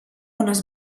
unes